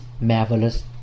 marvelous